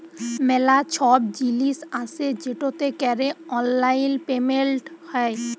ম্যালা ছব জিলিস আসে যেটতে ক্যরে অললাইল পেমেলট হ্যয়